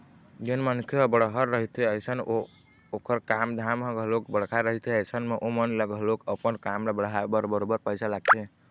जेन मनखे ह बड़हर रहिथे अइसन ओखर काम धाम ह घलोक बड़का रहिथे अइसन म ओमन ल घलोक अपन काम ल बढ़ाय बर बरोबर पइसा लगथे